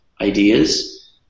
ideas